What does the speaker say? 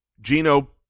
Gino